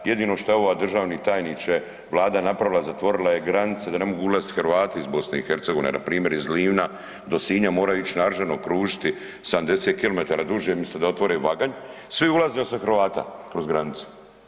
Jedino šta je ova, državni tajniče, vlada napravila zatvorila je granice da ne mogu ulazit Hrvati iz BiH, npr. iz Livna do Sinja moraju ić na Aržano, kružiti 70 kilometara duže, misto da otvore Vaganj, svi ulaze osim Hrvata kroz granicu.